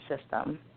system